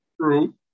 True